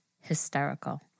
hysterical